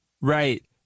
Right